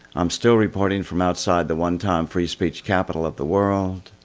i'm still reporting from outside the one-time free speech capital of the world.